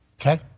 Okay